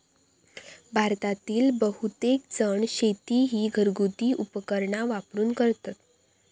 भारतातील बहुतेकजण शेती ही घरगुती उपकरणा वापरून करतत